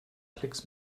klicks